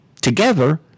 together